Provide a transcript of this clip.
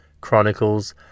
Chronicles